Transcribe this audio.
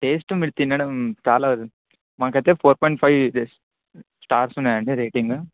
taste మీరు తినడం చాలా మాకు అయితే ఫోర్ పాయింట్ ఫైవ్ స్టార్స్ ఉన్నాయి అండి రేటింగ్